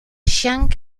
chiang